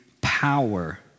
power